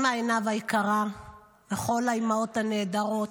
אימא עינב היקרה וכל האימהות הנהדרות,